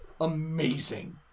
amazing